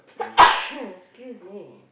excuse me